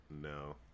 No